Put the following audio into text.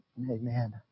Amen